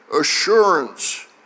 assurance